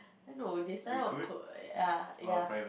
err no they send out code ya ya